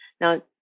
Now